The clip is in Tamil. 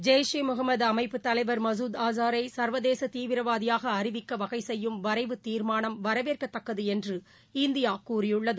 ஜெய்ஸ் இ முகமது அமைப்பு தலைவர் மசூத் அசாரைசர்வதேசதீவிரவாதியாக அறிவிக்கவகைசெய்யும் வரைவு தீர்மானம் வரவேற்கதக்கதுஎன்றும் இந்தியாகூறியுள்ளது